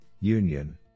union